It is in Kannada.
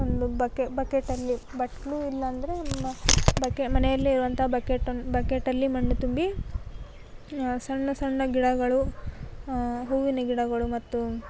ಒಂದು ಬಕೆ ಬಕೆಟಲ್ಲಿ ಬಟ್ಟಲು ಇಲ್ಲ ಅಂದರೆ ಬಕೆ ಮನೆಯಲ್ಲಿ ಇರುವಂಥ ಬಕೆಟನ್ನ ಬಕೆಟಲ್ಲಿ ಮಣ್ಣು ತುಂಬಿ ಸಣ್ಣ ಸಣ್ಣ ಗಿಡಗಳು ಹೂವಿನ ಗಿಡಗಳು ಮತ್ತು